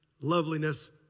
loveliness